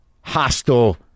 hostile